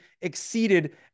exceeded